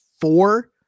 four